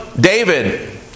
David